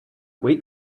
wait